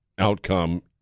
outcome